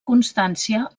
constància